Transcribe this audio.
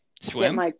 Swim